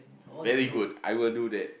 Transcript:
very good I will do that